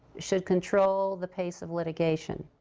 should control the pace of litigation.